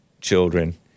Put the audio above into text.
children